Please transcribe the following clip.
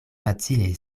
facile